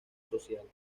social